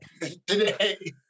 Today